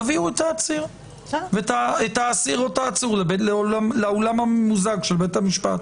תביאו את האסיר או את העצור לאולם הממוזג של בית המשפט.